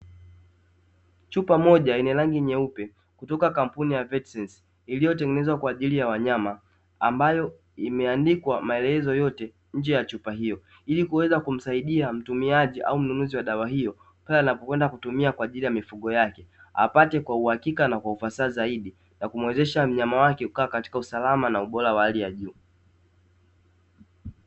Chupa moja yenye rangi nyeupe kutoka kampuni ya "VETSENSE" iliyotengenezwa kwa jili ya wanyama, ambayo imeandikwa maelezo yote nje ya chupa hiyo. Ili kuweza kumsaidia mtumiaji au mnunuzi wa dawa hiyo pale anapokwenda kutumia kwa ajili ya mifugo yake apate kwa uhakika na kwa ufasaha zaidi, na kumuwezesha mnyama wake kukaa katika usalama na ubora wa hali ya juu.